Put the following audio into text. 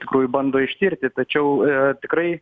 iš tikrųjų bando ištirti tačiau tikrai